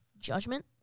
judgment